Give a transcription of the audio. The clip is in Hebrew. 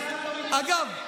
אגב,